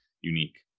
unique